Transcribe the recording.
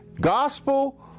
Gospel